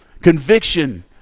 Conviction